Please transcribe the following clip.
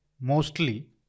mostly